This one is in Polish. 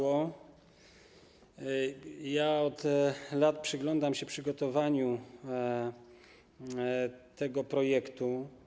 Od lat przyglądam się przygotowaniu tego projektu.